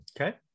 Okay